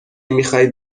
میخای